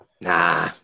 nah